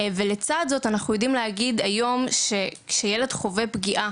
ולצד זאת אנחנו יודעים להגיד היום שכשילד חווה פגיעה,